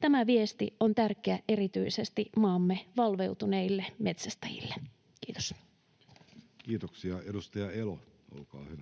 Tämä viesti on tärkeä erityisesti maamme valveutuneille metsästäjille. — Kiitos. [Speech 216] Speaker: